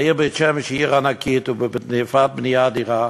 העיר בית-שמש היא עיר ענקית ובתנופת בנייה אדירה,